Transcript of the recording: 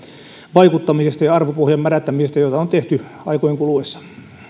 vaikuttamisesta ja arvopohjan mädättämisestä jota on tehty aikojen kuluessa